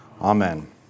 amen